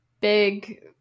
big